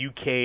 UK